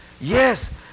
Yes